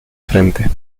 frente